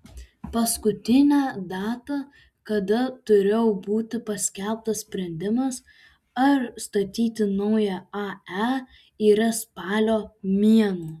paskutinė data kada turėtų būti paskelbtas sprendimas ar statyti naują ae yra spalio mėnuo